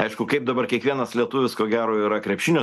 aišku kaip dabar kiekvienas lietuvis ko gero yra krepšinio